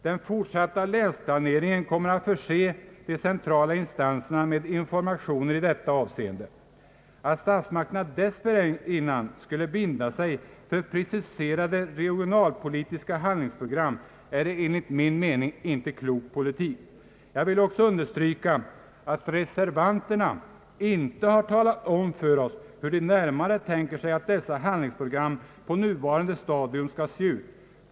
Den fortsatta länsplaneringen kommer att förse de centrala instanserna med informationer i detta avseende. Att statsmakterna dessförinnan skulle binda sig för preciserade regionalpolitiska handlingsprogram, är enligt min mening inte en klok politik. Jag vill också understryka, ait reservanterna inte har talat om för oss hur de närmare tänker sig att dessa handlingsprogram på nuvarande stadium skulle se ut.